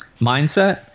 mindset